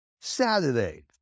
Saturday